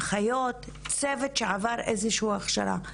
אחיות - צוות שעבר איזושהי הכשרה.